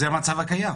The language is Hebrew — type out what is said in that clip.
זה המצב הקיים.